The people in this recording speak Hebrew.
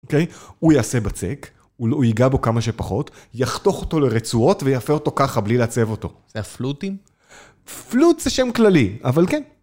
אוקיי? הוא יעשה בצק, הוא ייגע בו כמה שפחות, יחתוך אותו לרצועות ויאפה אותו ככה בלי לעצב אותו. זה הפלוטים? פלוט זה שם כללי, אבל כן.